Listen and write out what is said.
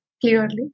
clearly।